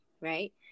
Right